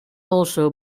also